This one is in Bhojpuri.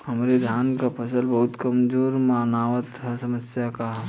हमरे धान क फसल बहुत कमजोर मनावत ह समस्या का ह?